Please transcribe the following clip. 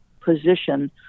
position